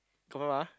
confirm ah